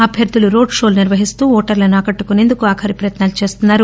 అభ్యర్దులు road show లో నిర్వహిస్తూ ఓటర్లను ఆకట్లుకునేందుకు ఆఖరి ప్రయత్నాలు చేస్తున్నారు